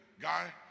guy